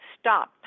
stop